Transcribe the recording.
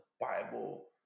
Bible